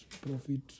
profit